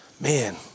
man